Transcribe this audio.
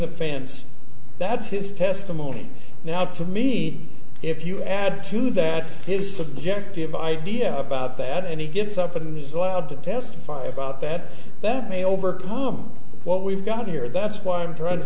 the fence that's his testimony now to me if you add to that his subjective idea about that and he gets up and this allowed to testify about that that may overpower what we've got here that's why i'm trying to